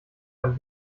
ein